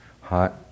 hot